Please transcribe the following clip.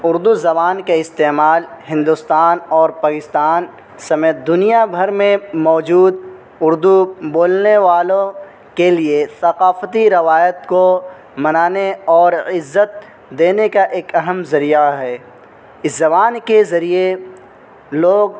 اردو زبان کے استعمال ہندوستان اور پکستان سمیت دنیا بھر میں موجود اردو بولنے والوں کے لیے ثقافتی روایت کو منانے اور عزت دینے کا ایک اہم ذریعہ ہے اس زبان کے ذریعے لوگ